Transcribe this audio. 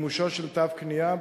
מימושו של תו קנייה.